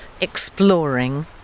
exploring